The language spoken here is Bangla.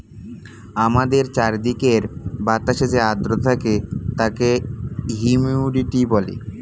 আমাদের চারিদিকের বাতাসে যে আর্দ্রতা থাকে তাকে হিউমিডিটি বলে